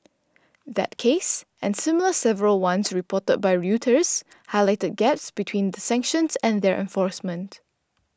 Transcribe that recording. that case and several similar ones reported by Reuters Highlighted Gaps between the sanctions and their enforcement